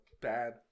bad